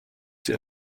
sie